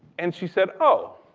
and she said, oh,